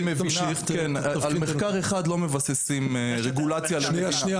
על מחקר אחד לא מבססים רגולציה למדינה.